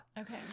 Okay